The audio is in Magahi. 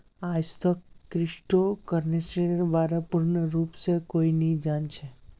आईजतक क्रिप्टो करन्सीर बा र पूर्ण रूप स कोई भी नी जान छ